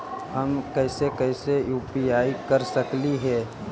हम कैसे कैसे यु.पी.आई कर सकली हे?